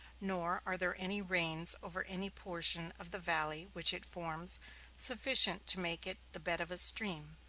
nor are there any rains over any portion of the valley which it forms sufficient to make it the bed of a stream.